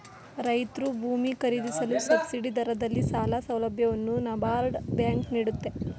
ರೈತ್ರು ಭೂಮಿ ಖರೀದಿಸಲು ಸಬ್ಸಿಡಿ ದರದಲ್ಲಿ ಸಾಲ ಸೌಲಭ್ಯವನ್ನು ನಬಾರ್ಡ್ ಬ್ಯಾಂಕ್ ನೀಡುತ್ತೆ